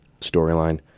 storyline